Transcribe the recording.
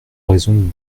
raison